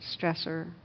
stressor